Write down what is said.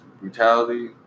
brutality